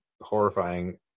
horrifying